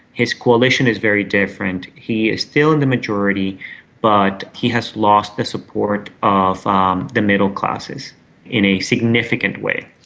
his coalition is very different. he is still in the majority but he has lost the support of um the middle classes in a significant way.